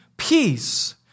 peace